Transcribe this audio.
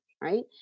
right